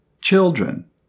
Children